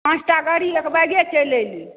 पाँचटा गाड़ी एक बैगे चलि एलै